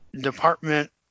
department